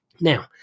Now